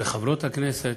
וחברות הכנסת,